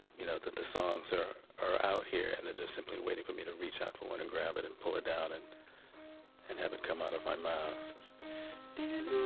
you know that the songs are are out here, and they're just simply waiting for me to reach out for one and grab it and pull it down and and have it come out of my mouth i